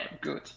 good